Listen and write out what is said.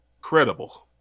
credible